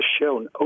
shown